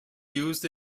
used